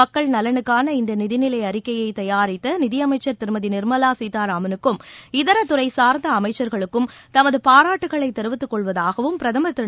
மக்கள் நலனுக்கான இந்த நிதிநிலை அறிக்கையை தயாரித்த நிதியமைச்சர் திருமதி நிர்மலா சீதாராமனுக்கும் இதர துறை சார்ந்த அமைச்சர்களுக்கும் தமது பாராட்டுகளை தெரிவித்துக் கொள்வதாகவும் பிரதமர் திரு